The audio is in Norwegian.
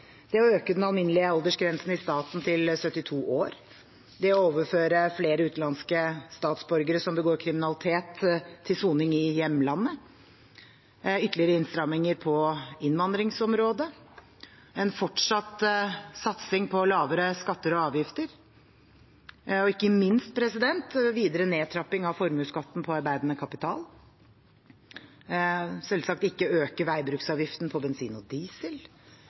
det å øke den alminnelige aldersgrensen i staten til 72 år, det å overføre flere utenlandske statsborgere som begår kriminalitet, til soning i hjemlandet, ytterligere innstramninger på innvandringsområdet, en fortsatt satsing på lavere skatter og avgifter og ikke minst videre nedtrapping av formuesskatten på arbeidende kapital, selvsagt ikke øke veibruksavgiften på bensin og diesel,